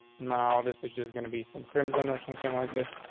now, this is just gonna be some crimson or something like this.